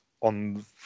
on